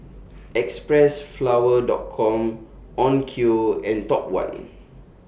Xpressflower Dot Com Onkyo and Top one